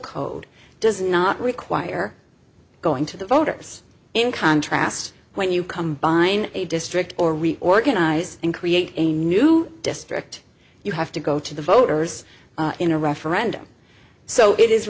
code does not require going to the voters in contrast when you combine a district or reorganize and create a new district you have to go to the voters in a referendum so it is